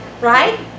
Right